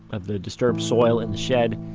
of the disturbed soil in the shed.